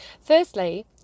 firstly